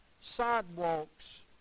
sidewalks